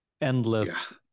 endless